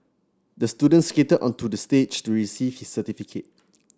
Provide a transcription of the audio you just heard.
the student skated onto the stage to receive his certificate